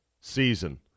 season